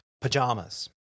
pajamas